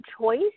choice